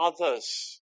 others